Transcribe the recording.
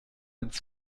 ins